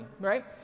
right